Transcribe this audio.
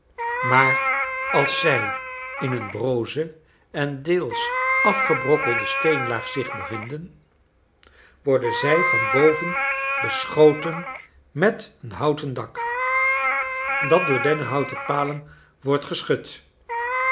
maar als zij in een broze en deels afgebrokkelde steenlaag zich bevinden worden zij van boven beschoten met een houten dak dat door dennenhouten palen wordt geschut